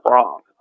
wrong